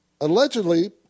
Allegedly